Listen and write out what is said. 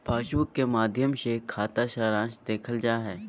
passbook के माध्मय से खाता सारांश देखल जा हय